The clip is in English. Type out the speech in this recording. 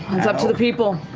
it's up to the people.